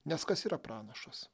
nes kas yra pranašas